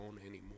anymore